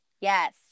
yes